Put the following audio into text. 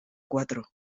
cuatro